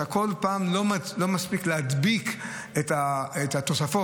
אתה כל פעם לא מספיק להדביק את התוספות.